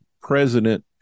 president